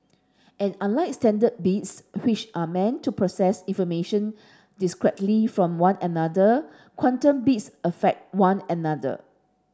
and unlike standard bits which are meant to process information discretely from one another quantum bits affect one another